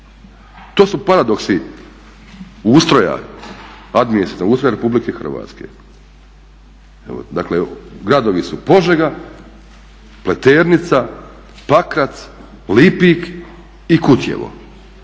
To su paradoksi administrativnog ustroja RH. Dakle gradovi su Požega, Pleternica, Pakrac, Lipik i Kutjevo.